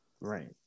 right